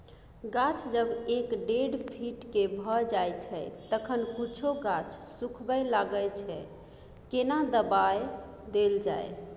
गाछ जब एक डेढ फीट के भ जायछै तखन कुछो गाछ सुखबय लागय छै केना दबाय देल जाय?